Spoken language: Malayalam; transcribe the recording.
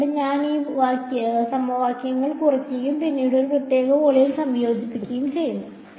അതുകൊണ്ടാണ് ഞാൻ ഈ സമവാക്യങ്ങൾ കുറയ്ക്കുകയും പിന്നീട് ഒരു പ്രത്യേക വോള്യം സംയോജിപ്പിക്കുകയും ചെയ്യുന്നത്